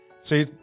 see